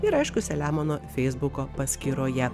ir aišku selemono feisbuko paskyroje